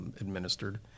administered